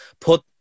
put